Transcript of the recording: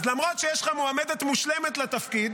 אז למרות שיש לך מועמדת מושלמת לתפקיד,